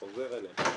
אני אציג באופן